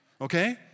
okay